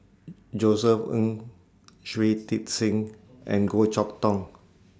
Josef Ng Shui Tit Sing and Goh Chok Tong